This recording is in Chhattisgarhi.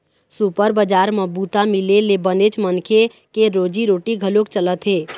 सुपर बजार म बूता मिले ले बनेच मनखे के रोजी रोटी घलोक चलत हे